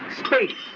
space